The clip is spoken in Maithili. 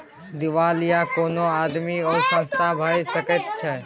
दिवालिया कोनो आदमी वा संस्था भए सकैत छै